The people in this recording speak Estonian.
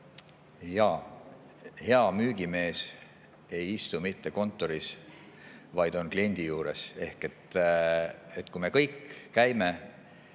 Jaa, hea müügimees ei istu mitte kontoris, vaid on kliendi juures. Ehk kui me kõik käime,